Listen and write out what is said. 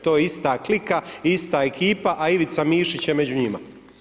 To je ista klika, ista ekipa, a Ivica Mišić je među njima.